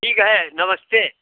ठीक है नमस्ते